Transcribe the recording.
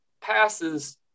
passes